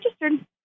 registered